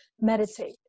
meditate